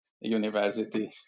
university